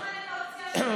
בוא נבחן את האופציה השנייה.